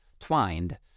Twined